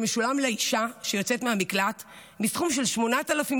שמשולם לאישה שיוצאת מהמקלט מסכום של 8,000